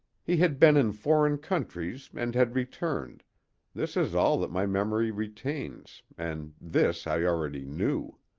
he had been in foreign countries and had returned this is all that my memory retains, and this i already knew.